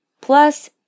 Plus